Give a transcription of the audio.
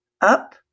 up